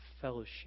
fellowship